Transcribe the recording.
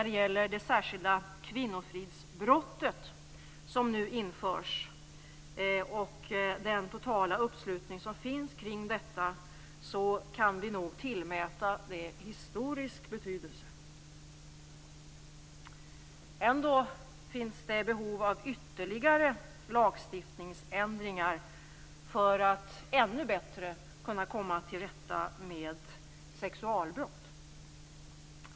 Det särskilda kvinnofridsbrott som nu införs och den totala uppslutningen kring detta kan nog tillmätas historisk betydelse. Det finns ändå behov av ytterligare lagstiftningsändringar för att vi ännu bättre skall kunna komma till rätta med sexualbrott.